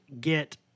get